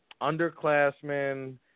underclassmen